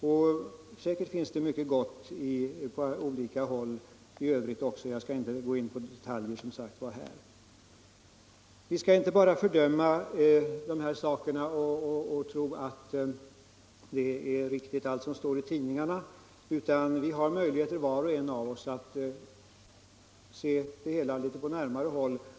Säkerligen finns det mycket gott på olika håll i övrigt också, men jag skall som sagt inte gå in på detaljer. Vi skall inte bara fördöma dessa aktiviteter och tro att allt som står i tidningarna är riktigt. Var och en av oss har möjligheter att studera dessa företeelser på närmare håll.